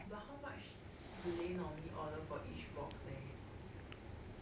but how much do they normally order for each box there